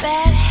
Bad